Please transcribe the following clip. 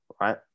right